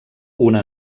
una